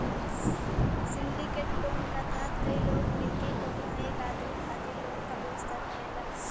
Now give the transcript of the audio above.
syndicate loan क तहत कई लोग मिलके कउनो एक आदमी खातिर लोन क व्यवस्था करेलन